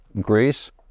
Greece